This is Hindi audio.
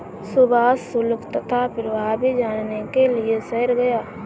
सुभाष शुल्क तथा प्रभावी जानने के लिए शहर गया